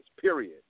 period